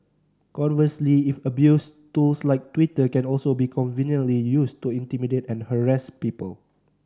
conversely if abused tools like Twitter can also be conveniently used to intimidate and harass people